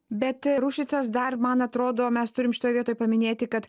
bet ruščicas dar man atrodo mes turim šitoj vietoj paminėti kad